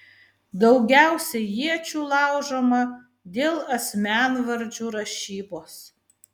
daugiausiai iečių laužoma dėl asmenvardžių rašybos